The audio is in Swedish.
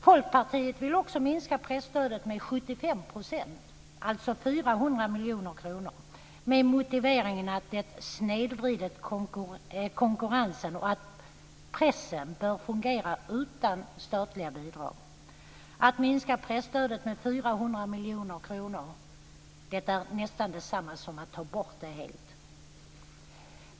Folkpartiet vill också minska presstödet - med 75 %, alltså med 400 miljoner kronor - med motiveringen att det snedvrider konkurrensen och att pressen bör fungera utan statliga bidrag. Men att minska presstödet med 400 miljoner kronor är nästan detsamma som att helt ta bort det.